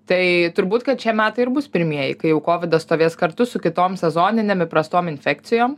tai turbūt kad šie metai ir bus pirmieji kai jau kovidas stovės kartu su kitom sezoninėm įprastom infekcijom